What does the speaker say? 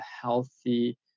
healthy